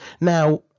Now